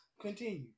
Continue